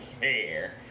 care